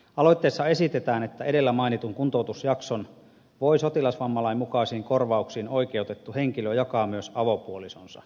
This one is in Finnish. aloitteessa esitetään että edellä mainitun kuntoutusjakson voi sotilasvammalain mukaisiin korvauksiin oikeutettu henkilö jakaa myös avopuolisonsa kanssa